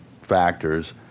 factors